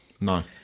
No